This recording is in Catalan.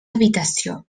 habitació